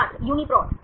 छात्र यूनीप्रोट